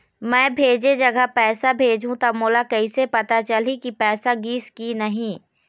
मैं भेजे जगह पैसा भेजहूं त मोला कैसे पता चलही की पैसा गिस कि नहीं?